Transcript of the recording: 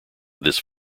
this